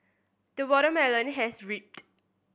the watermelon has ripened